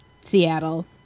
Seattle